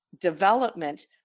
development